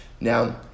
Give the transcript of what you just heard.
Now